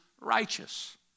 righteous